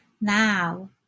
now